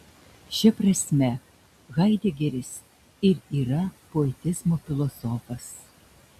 šia prasme haidegeris ir yra poetizmo filosofas